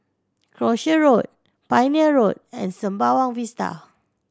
Croucher Road Pioneer Road and Sembawang Vista